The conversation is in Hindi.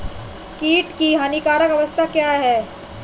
कीट की हानिकारक अवस्था क्या है?